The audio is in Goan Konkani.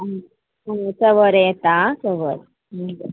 आं चव येता आं चव